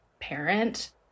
parent